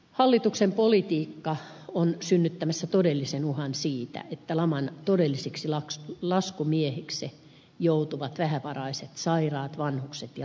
hallituksen politiikka on synnyttämässä todellisen uhan siitä että laman todellisiksi laskumiehiksi joutuvat vähävaraiset sairaat vanhukset ja lapsiperheet